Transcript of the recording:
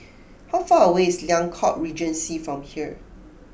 how far away is Liang Court Regency from here